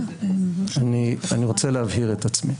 אני רוצה להבהיר את עצמי.